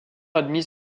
admis